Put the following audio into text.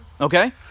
Okay